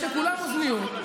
יש לכולם אוזניות,